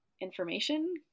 information